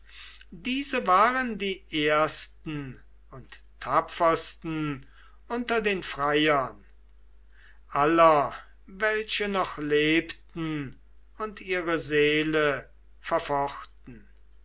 diese waren die ersten und tapfersten unter den freiern aller welche noch lebten und ihre seele verfochten